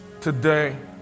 today